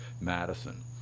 Madison